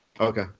Okay